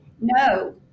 no